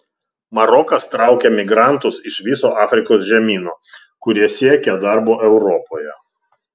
marokas traukia migrantus iš viso afrikos žemyno kurie siekia darbo europoje